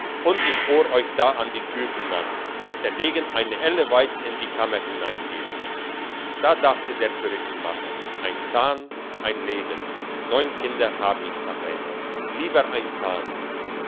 und ich bohr euch da an die tür hinan dass der degen eine elle weit in die kammer hineingeht da dachte der perückenmacher ein zahn ein leben neun kinder hab ich daheim lieber ein zahn